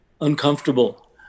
uncomfortable